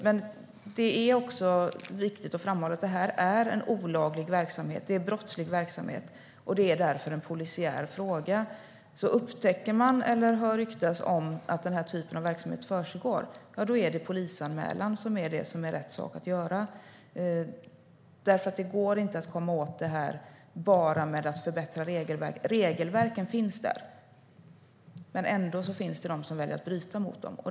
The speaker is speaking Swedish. Men det är viktigt att framhålla att det här är en olaglig verksamhet, en brottslig verksamhet, och det är därför en polisiär fråga. Upptäcker man därför eller hör ryktas om att den här typen av verksamhet försiggår är det polisanmälan som är rätt sak att göra. Det går nämligen inte att komma åt detta bara genom att förbättra regelverken. Regelverken finns där; ändå finns det de som väljer att bryta mot dem.